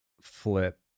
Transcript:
flip